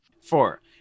Four